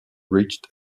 reached